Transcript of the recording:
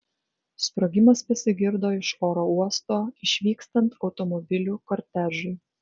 sprogimas pasigirdo iš oro uosto išvykstant automobilių kortežui